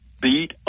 beat